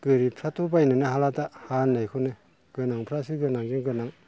गोरिबफोराथ' बायनोनो हाला दा हा होननायखौनो गोनांफ्रासो गोनांजों गोनां